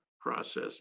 process